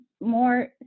more